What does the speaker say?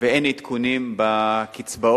ואין עדכונים בקצבאות,